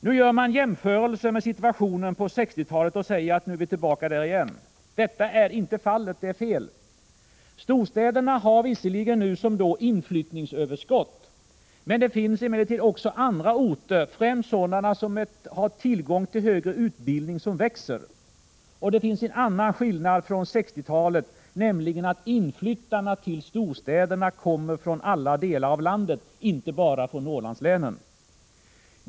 Nu gör man jämförelser med situationen på 1960-talet och säger att vi nu är tillbaka där igen. Detta är inte fallet, det är fel! Storstäderna har visserligen nu som då inflyttningsöverskott. Men det finns emellertid också andra orter som växer, främst sådana som har tillgång till högre utbildning. Och det finns en ytterligare skillnad från 1960-talet, nämligen att de som flyttar till storstäderna kommer från alla delar av landet, inte bara från Norrlandslänen.